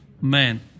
Man